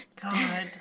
God